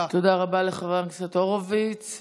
תודה רבה לחבר הכנסת הורוביץ.